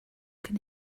can